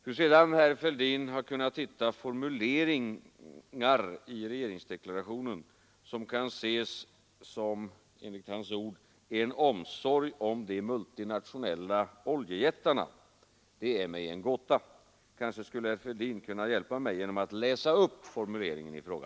Hur sedan herr Fälldin har kunnat hitta formuleringar i regeringsdeklarationen som kan ses som ”en omsorg om de multinationella oljejättarna”, är mig en gåta. Kanske skulle herr Fälldin kunna hjälpa mig genom att läsa upp formuleringen i fråga.